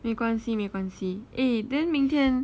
没关系没关系 eh then 明天